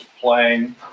playing